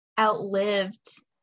outlived